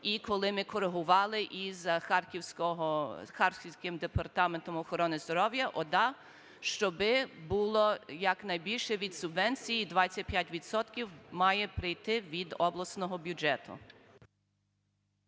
і коли ми коригували із Харківським департаментом охорони здоров'я ОДА, щоби було якнайбільше від субвенції, 25 відсотків має прийти від обласного бюджету.